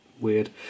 Weird